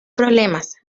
problemas